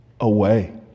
away